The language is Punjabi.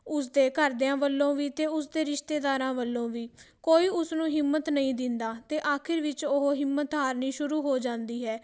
ਉਸਦੇ ਘਰਦਿਆਂ ਵੱਲੋਂ ਵੀ ਅਤੇ ਉਸ ਦੇ ਰਿਸ਼ਤੇਦਾਰਾਂ ਵੱਲੋਂ ਵੀ ਕੋਈ ਉਸਨੂੰ ਹਿੰਮਤ ਨਹੀਂ ਦਿੰਦਾ ਅਤੇ ਆਖਿਰ ਵਿੱਚ ਉਹ ਹਿੰਮਤ ਹਾਰਨੀ ਸ਼ੁਰੂ ਹੋ ਜਾਂਦੀ ਹੈ